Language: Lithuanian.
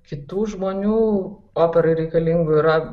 kitų žmonių operai reikalingų yra